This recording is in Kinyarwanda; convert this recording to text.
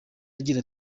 agira